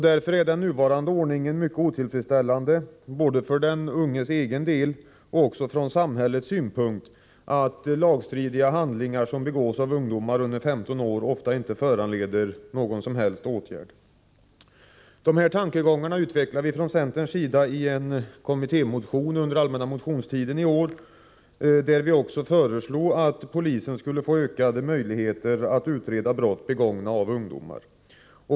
Därför är den nuvarande ordningen, att lagstridiga handlingar som begås av ungdomar under 15 år ofta inte föranleder någon som helst åtgärd, mycket otillfredsställande, både för den unges egen del och från samhällets synpunkt. Dessa tankegångar utvecklar vi från centerns sida i en kommittémotion från den allmänna motionstiden i år, i vilken vi också föreslår att polisen skall få ökade möjligheter att utreda brott begångna av ungdomar.